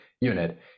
unit